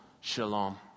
shalom